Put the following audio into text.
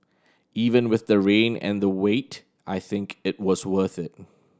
even with the rain and the wait I think it was worth it